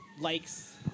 likes